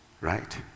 Right